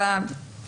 החלטה.